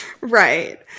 right